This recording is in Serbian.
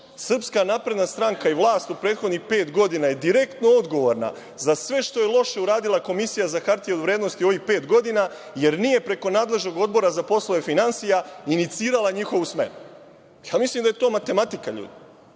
Srpska napredna stranka i vlast u prethodnih pet godina je direktno odgovorna za sve što je loše uradila Komisija za hartije od vrednosti u ovih pet godina, jer nije preko nadležnog odbora za poslove finansija inicirala njihovu smenu. Mislim da je to matematika.